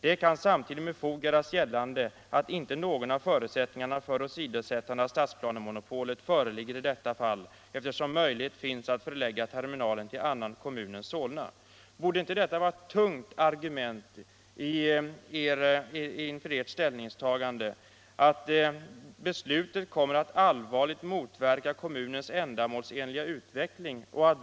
Det kan samtidigt med fog göras gällande att inte någon av förutsättningarna för åsidosättande av stadsplanemonopolet föreligger i detta fall eftersom möjlighet finns att förlägga terminalen till annan kommun än Solna.” Borde det inte vara ett tungt argument inför ert ställningstagande att beslutet kommer att allvarligt motverka kommunens ändamålsenliga utveckling?